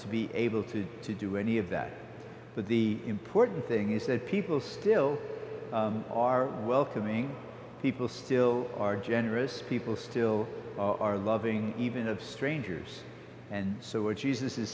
to be able to to do any of that but the important thing is that people still are welcoming people still are generous people still are loving even of strangers and so were jesus is